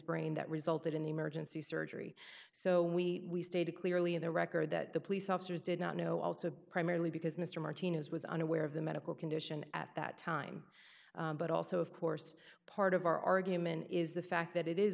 brain that resulted in the emergency surgery so we stated clearly in the record that the police officers did not know also primarily because mr martinez was unaware of the medical condition at that time but also of course part of our argument is the fact that it is